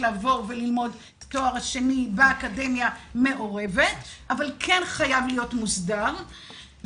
ללמוד תואר שני באקדמיה מעורבת אבל זה כן חייב להיות מוסדר,